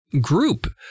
group